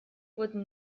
wurden